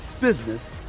business